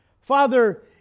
Father